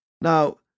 Now